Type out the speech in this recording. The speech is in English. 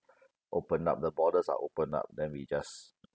opened up the borders are opened up then we just